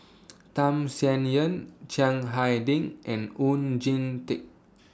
Tham Sien Yen Chiang Hai Ding and Oon Jin Teik